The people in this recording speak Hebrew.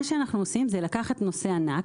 מה שאנחנו עושים זה לקחת נושא ענק,